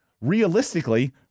realistically